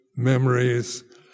memories